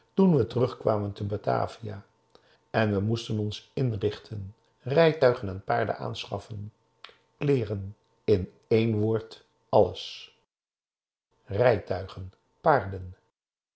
toen we terugkwamen te batavia en we moesten ons inrichten rijtuigen en paarden aanschaffen kleeren in één woord alles rijtuigen paarden